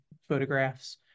photographs